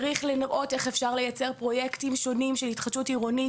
צריך לראות איך אפשר ייצר פרויקטים שונים של התחדשות עירונית